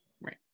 Right